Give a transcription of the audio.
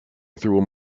through